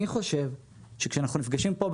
אני חושב שכשאנחנו נפגשים פה,